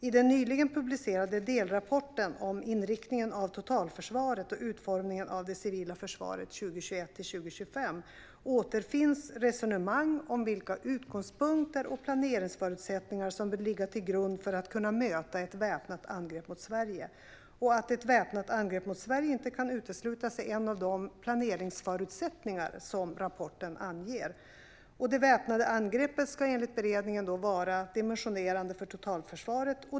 I den nyligen publicerade delrapporten om inriktningen av totalförsvaret och utformningen av det civila försvaret 2021-2025 återfinns resonemang om vilka utgångspunkter och planeringsförutsättningar som bör ligga till grund för att kunna möta ett väpnat angrepp mot Sverige. Att ett väpnat angrepp mot Sverige inte kan uteslutas är en av de planeringsförutsättningar som rapporten anger. Det väpnade angreppet ska enligt beredningen vara dimensionerande för totalförsvaret.